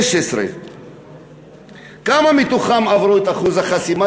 16. כמה מתוכן עברו את אחוז החסימה?